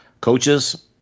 Coaches